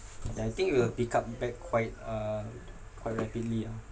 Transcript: ya I think it will pick up back quite uh quite rapidly ah